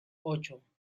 ocho